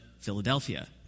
Philadelphia